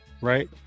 right